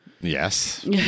yes